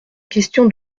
question